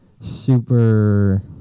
super